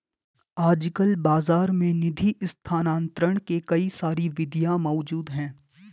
आजकल बाज़ार में निधि स्थानांतरण के कई सारी विधियां मौज़ूद हैं